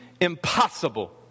impossible